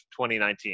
2019